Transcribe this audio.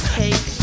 take